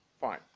fine